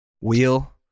wheel